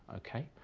ok?